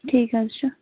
ٹھیٖک حظ چھُ